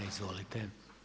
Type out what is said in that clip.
Izvolite.